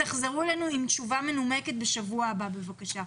ותחזרו אלינו עם תשובה מנומקת בשבוע הבא, בבקשה.